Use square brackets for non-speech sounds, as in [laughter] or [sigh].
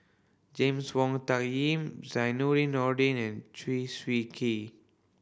James Wong Tuck Yim [unintelligible] Nordin and Chew Swee Kee